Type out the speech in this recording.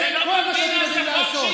אל תקרא לחוק במדינת ישראל "קומבינה".